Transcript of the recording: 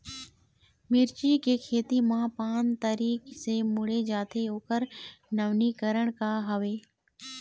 मिर्ची के खेती मा पान तरी से मुड़े जाथे ओकर नवीनीकरण का हवे?